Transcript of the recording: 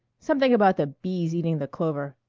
something about the bees eating the clover.